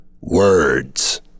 words